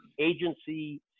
agency